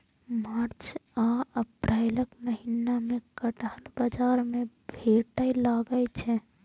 मार्च आ अप्रैलक महीना मे कटहल बाजार मे भेटै लागै छै